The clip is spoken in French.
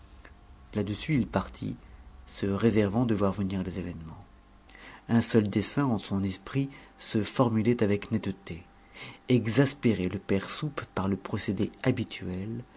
là-dessus il partit se réservant de voir venir les événements un seul dessein en son esprit se formulait avec netteté exaspérer le père soupe par le procédé habituel